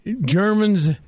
Germans